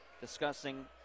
discussing